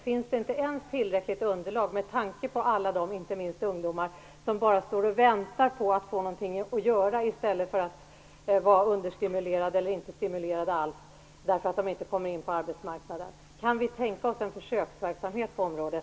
Finns det inte ens ett tillräckligt underlag, med tanke på alla, inte minst ungdomar, som bara står och väntar på att få någonting att göra i stället för att vara understimulerade eller inte alls stimulerade, därför att de inte kommer in på arbetsmarknaden? Kan vi tänka oss en försöksverksamhet på området?